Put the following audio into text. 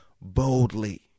boldly